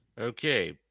Okay